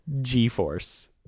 G-Force